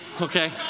okay